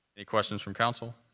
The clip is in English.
any questions from council?